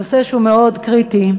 נושא שהוא מאוד קריטי,